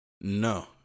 No